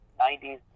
90s